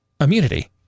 immunity